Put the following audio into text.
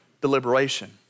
deliberation